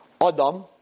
Adam